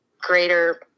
greater